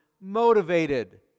motivated